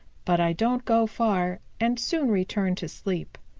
but i don't go far and soon return to sleep.